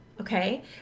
Okay